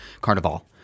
Carnival